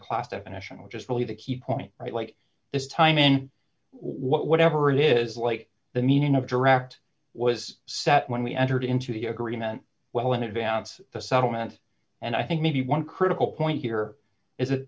definition which is really the key point right this time and whatever it is like the meaning of direct was set when we entered into the agreement well in advance the settlement and i think maybe one critical point here is